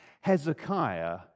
Hezekiah